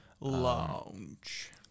Lounge